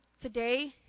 today